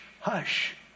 hush